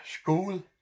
school